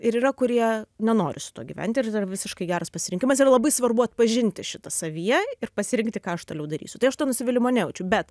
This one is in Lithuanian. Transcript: ir yra kurie nenori su tuo gyventi visiškai geras pasirinkimas yra labai svarbu atpažinti šitą savyje ir pasirinkti ką aš toliau darysiu tai aš to nusivylimo nejaučiu bet